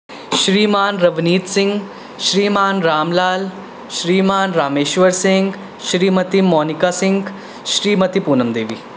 Shri Mann Ravneet Singh Shriman Ram Lal Shriman Rameshwar Singh Shrimati Monika Singh Shrimati Poonam Devi